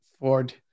Ford